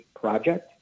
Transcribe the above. project